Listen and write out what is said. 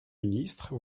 ministre